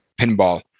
pinball